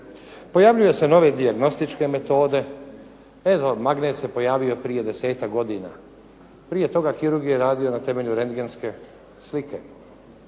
Pojavljuju se nove dijagnostičke metode, magnet se pojavio prije 10-tak godina, prije toga kirurg je radio na temelju rendgenske slike.